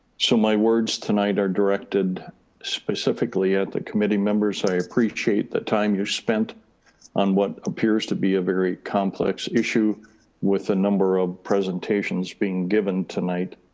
so my words tonight are directed specifically at the committee members. i appreciate the time you spent on what appears to be a very complex issue with a number of presentations being given tonight.